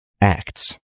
acts